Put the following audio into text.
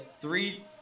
three